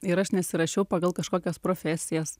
ir aš nesirašiau pagal kažkokias profesijas